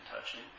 touching